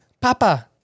Papa